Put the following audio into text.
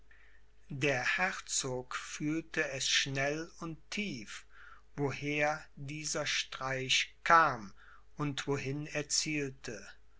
der herzog fühlte es schnell und tief woher dieser streich kam und wohin er zielte